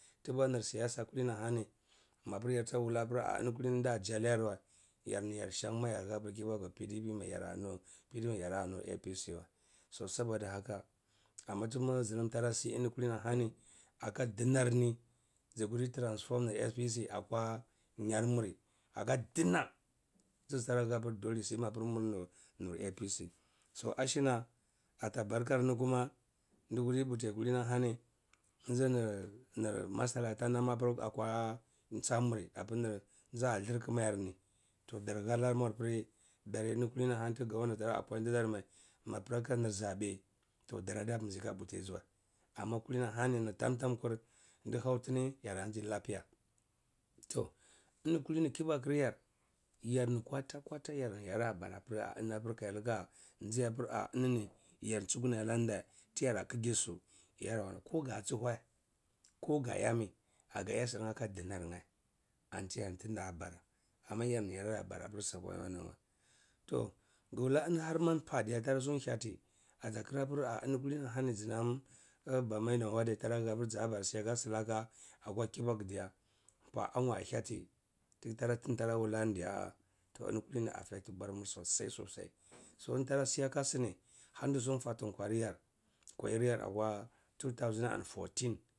Tibur nir siyasa kalini ahani mapir yarda wula ah eni kulini hani da jiyana wa, yarni yar shan ma yara hapir kibatai pdp mai yaranu pdp mai yamnu apc wa so soboda haka amma tum ti zullum tara sinkulini ahani aka dinar ni zikurti transform apc akwa nyar mur aka dina tizi hapir doleh semapir muni apc so ashina atabar kar ni kuma di kudi puti eni kalini masara tanapir akwa tsa mur dazzdir kema yar nit oh dar halar naa apir daryeh eni kulini hani ti governor tara appoint tidar mai mapir kanir zabeh, toh daradi kadar putizi wa amma kulini ahani nim tam tan kur ndilhau tini yara nzi lapiya, toh eni kudini kubatur yar, yar ni kwata kwata yara bara apir kayar lika ji apir ah enini yar chuhu ana deh tira kegisu yauwa koja chuheh kogaya mi agaya shirheh aka dinaryeh ahir da bara amma yarni yaradi ya bara si aka eniyari weh toh giwula weni harma npa tara hyati atakera pir-ah eni kulini hani jinam ba maina wadai tara hahpir shiaka silaka akwa kibaku diya npa anwa-ah hiyati ti tara ti tara wula ni diya di toh eni kulini affect bwarmur sosai sosai so eni tara siaka sini har ndi suwa fati kwayiyar akwa 2014.